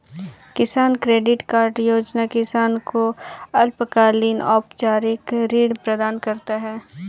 किसान credit card योजना किसान को अल्पकालिक औपचारिक ऋण प्रदान करता है